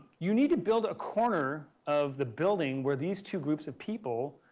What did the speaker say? you need to build a corner of the building where these two groups of people,